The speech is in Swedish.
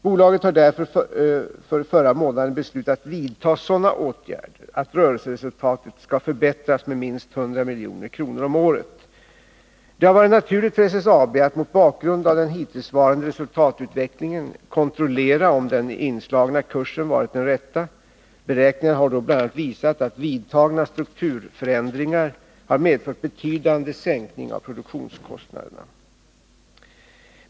Bolaget har därför förra månaden beslutat att vidta sådana åtgärder att rörelseresultatet skall förbättras med minst 100 milj.kr. om året. Det har varit naturligt för SSAB att mot bakgrund av den hittillsvarande resultatutvecklingen kontrollera om den inslagna kursen varit den rätta. Beräkningar har då bl.a. visat att vidtagna strukturförändringar har medfört betydande sänkning av produktionskostnaderna.